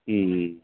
ம் ம்